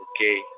Okay